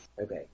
Okay